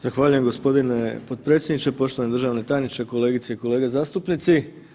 Zahvaljujem g. potpredsjedniče, poštovani državni tajniče, kolegice i kolege zastupnici.